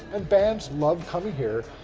and bands love coming here.